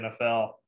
nfl